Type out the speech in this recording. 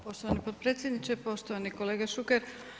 poštovani potpredsjedniče, poštovani kolega Šuker.